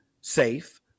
safe